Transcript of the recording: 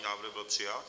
Návrh byl přijat.